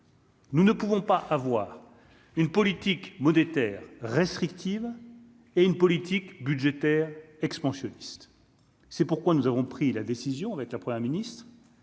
Nous ne pouvons pas avoir une politique monétaire restrictive et une politique budgétaire expansionniste, c'est pourquoi nous avons pris la décision, être la première ministre